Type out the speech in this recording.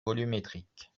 volumétrique